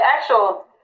actual